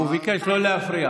האם אדוני --- הוא ביקש לא להפריע.